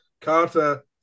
Carter